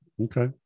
okay